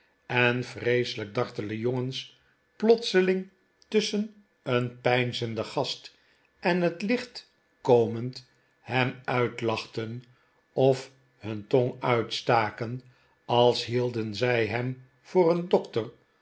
en vreeselijk dartele jongens plotseling tusschen een peinzenden gast en het licht komend hem uitlachten of hun tong uitstaken als hielden zij hem voor een dokter